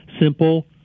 simple